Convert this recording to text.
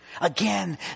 Again